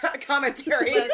commentary